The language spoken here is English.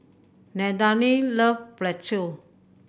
Nadine loves Pretzel